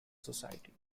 society